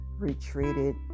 Retreated